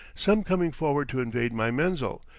some coming forward to invade my menzil,